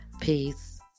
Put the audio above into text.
Peace